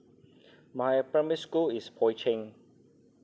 my primary school is poi ching